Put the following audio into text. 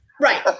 Right